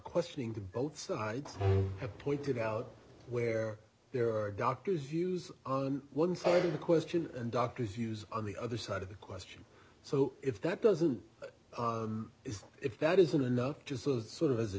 questioning to both sides have pointed out where there are doctors use on one side of the question and doctors use on the other side of the question so if that doesn't is if that isn't enough just as sort of as a